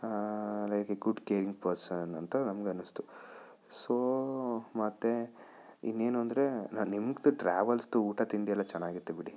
like a good caring person ಅಂತ ನಮ್ಗನ್ನಿಸ್ತು so ಮತ್ತೆ ಇನ್ನೇನು ಅಂದರೆ ನಾನು ನಿಮ್ಮದು ಟ್ರಾವೆಲ್ಸ್ದು ಊಟ ತಿಂಡಿ ಎಲ್ಲ ಚೆನ್ನಾಗಿತ್ತು ಬಿಡಿ